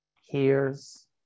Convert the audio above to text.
hears